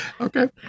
Okay